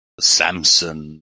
Samson